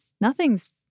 nothing's